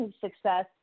success